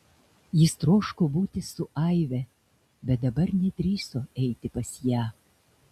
jis troško būti su aive bet dabar nedrįso eiti pas ją